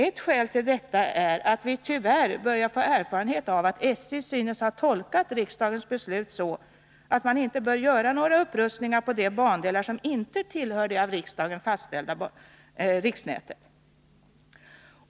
Ett skäl till detta är att vi tyvärr börjar få erfarenhet av att SJ synes ha tolkat riksdagens beslut så att man inte bör göra några upprustningar på de bandelar som inte tillhör det av riksdagen fastställda riksnätet.